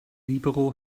libero